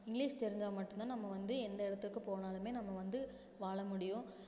English தெரிஞ்சால் மட்டுந்தான் நம்ம வந்து எந்த இடத்துக்கு போனாலுமே நம்ம வந்து வாழ முடியும்